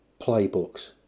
playbooks